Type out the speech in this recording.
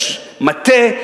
יש מטה,